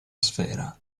sfera